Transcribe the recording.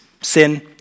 Sin